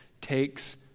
takes